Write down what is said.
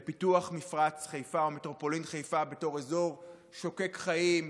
לפיתוח מפרץ חיפה ומטרופולין חיפה בתור אזור שוקק חיים,